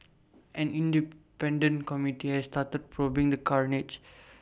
an independent committee has started probing the carnage